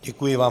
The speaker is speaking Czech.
Děkuji vám.